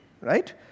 right